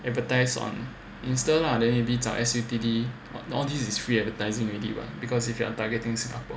advertise on Insta lah then 找 S_U_T_D all these is free advertising already [what] because if you are targeting Singapore